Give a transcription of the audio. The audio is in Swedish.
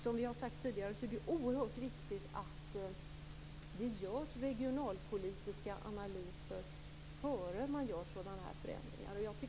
Som vi har sagt tidigare är det oerhört viktigt att det görs regionalpolitiska analyser innan man gör sådana här förändringar.